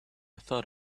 thought